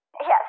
Yes